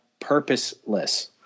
purposeless